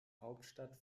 hauptstadt